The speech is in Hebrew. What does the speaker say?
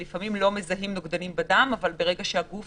שלפעמים לא מזהים נוגדנים בדם אבל ברגע שהגוף